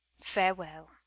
farewell